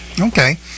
Okay